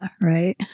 right